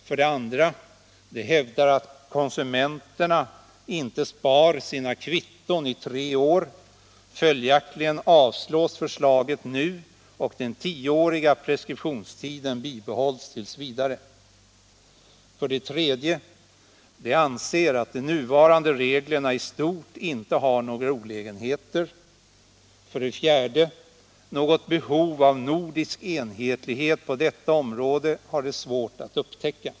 För det andra hävdar utskottet att konsumenterna inte sparar sina kvitton i tre år; följaktligen avstyrks förslaget, och den tioåriga preskriptionstiden bibehålls t. v. För det tredje anser utskottet att de nuvarande reglerna i stort sett inte har några olägenheter. För det fjärde har utskottet svårt att upptäcka något egentligt behov av en nordisk enhetlighet på detta område.